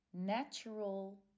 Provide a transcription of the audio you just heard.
natural